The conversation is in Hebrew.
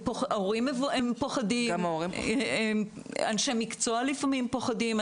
הורים פוחדים, אנשי מקצוע לפעמים פוחדים.